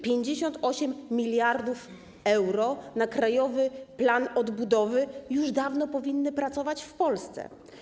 58 mld euro na Krajowy Plan Odbudowy już dawno powinno pracować w Polsce.